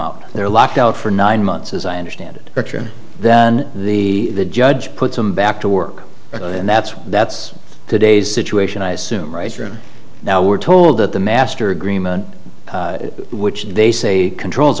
up they're locked out for nine months as i understand it better than the judge put them back to work and that's that's today's situation i assume right now we're told that the master agreement which they say controls